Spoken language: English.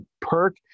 perk